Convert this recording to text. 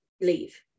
leave